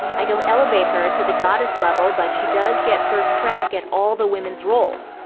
i don't elevate her to the goddess level, but she does get first crack at all the women's roles.